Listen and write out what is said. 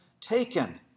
taken